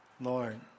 lord